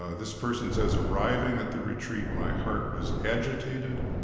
ah this person says arriving at the retreat, my heart was agitated.